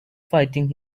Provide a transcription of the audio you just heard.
fighting